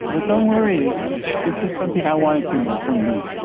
but don't worry. it's it's just something i wanted to know for me